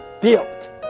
built